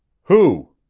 who?